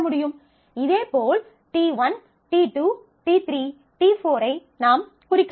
இதேபோல் t1 t2 t3 t4 ஐ நாம் குறிக்கலாம்